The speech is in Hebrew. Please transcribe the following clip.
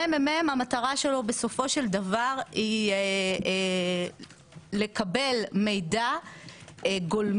המטרה של המ.מ.מ בסופו של דבר היא לקבל מידע גולמי